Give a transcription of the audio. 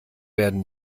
werden